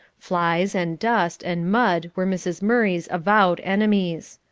flies, and dust, and mud were mrs. murray's avowed enemies.